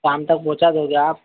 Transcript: शाम तक पहुँचा दोगे आप